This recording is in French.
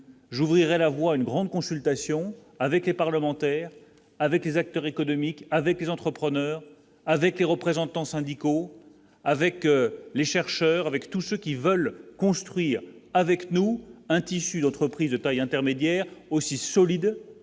j'ouvrirait la voie à une grande consultation avec les parlementaires avec les acteurs économiques, avec les entrepreneurs, avec les représentants syndicaux avec les chercheurs avec tous ceux qui veulent construire avec nous un tissu d'entreprises de taille intermédiaire aussi solide